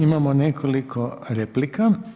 Imamo nekoliko replika.